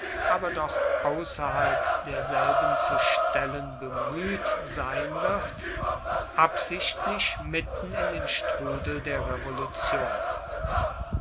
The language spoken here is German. aber doch außerhalb derselben zu stellen bemüht sein wird absichtlich mitten in den strudel der revolution